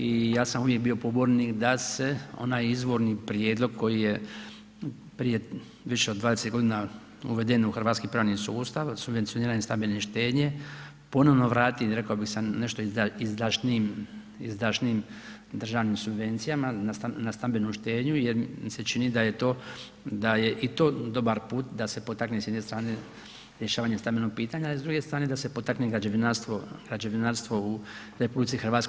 I ja sam uvijek bio pobornik da se onaj izvorni prijedlog koji je prije više od 20 godina uveden u hrvatski pravni sustav, subvencioniranje stambene štednje, ponovno vrati sa, rekao bih sa nešto izdašnijim državnim subvencijama na stambenu štednju jer mi se čini da je i to dobar put da se potakne s jedne strane rješavanje stambenog pitanja a s druge strane da se potakne građevinarstvo u RH.